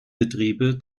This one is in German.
betriebe